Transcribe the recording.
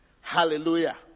Hallelujah